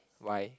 why